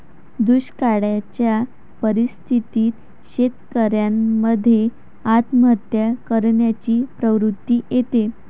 दुष्काळयाच्या परिस्थितीत शेतकऱ्यान मध्ये आत्महत्या करण्याची प्रवृत्ति येते